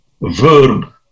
verb